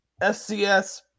SCS